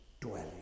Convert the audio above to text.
dwelling